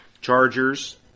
Chargers